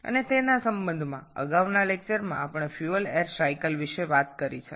এবং এর সাথে পূর্ববর্তী আলোচনায় আমরা ফুয়েল এয়ার চক্র সম্পর্কে কথা বলেছি